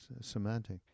semantic